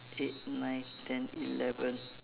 eight nine ten eleven